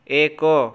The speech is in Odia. ଏକ